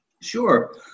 Sure